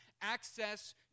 access